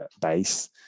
base